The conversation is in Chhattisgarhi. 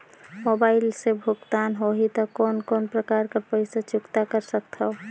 मोबाइल से भुगतान होहि त कोन कोन प्रकार कर पईसा चुकता कर सकथव?